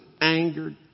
angered